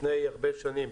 לפני הרבה שנים,